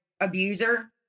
abuser